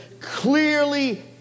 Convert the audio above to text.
clearly